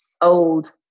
old